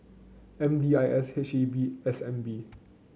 M D I S H E B S N B